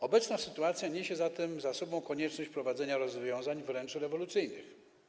Obecna sytuacja niesie zatem za sobą konieczność wprowadzenia rozwiązań wręcz rewolucyjnych.